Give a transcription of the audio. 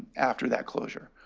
after that closure.